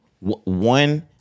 One